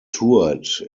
toured